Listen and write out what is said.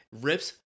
Rips